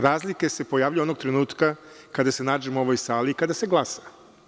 Razlike se pojavljuju onog trenutka kada se nađemo u ovoj sali i kada se glasa.